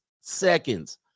seconds